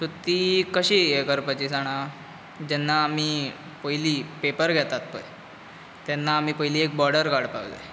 so ती कशें हें करपाचें जाणां जेन्ना आमी पयलीं पेपर घेतात पळय तेन्ना आमी पयलीं एक बॉर्डर काडपाक जाय